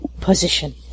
position